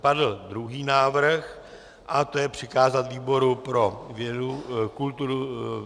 Padl druhý návrh, a to je přikázat výboru pro školství, vědu, kulturu.